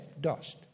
dust